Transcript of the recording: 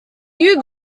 you